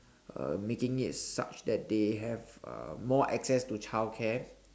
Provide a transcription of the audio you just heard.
uh making it such that they have uh more access to childcare